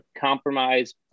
compromise